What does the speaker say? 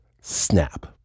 snap